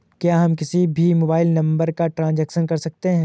क्या हम किसी भी मोबाइल नंबर का ट्रांजेक्शन कर सकते हैं?